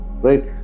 Right